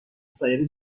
سایر